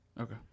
okay